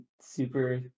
super